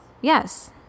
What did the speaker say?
Yes